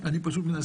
אני מנסה להבין.